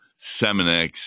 Seminex